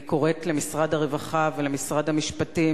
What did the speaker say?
אני קוראת למשרד הרווחה ומשרד המשפטים,